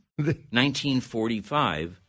1945